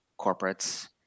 corporates